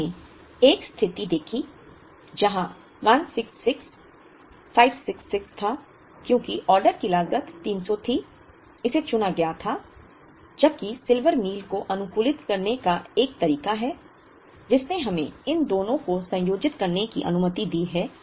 हमने एक स्थिति देखी जहां 166 566 था क्योंकि ऑर्डर की लागत 300 थी इसे चुना गया था जबकि सिल्वर मील को अनुकूलित करने का एक तरीका है जिसने हमें इन दोनों को संयोजित करने की अनुमति दी है